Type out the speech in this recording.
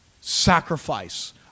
sacrifice